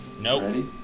Nope